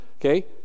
okay